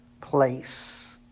place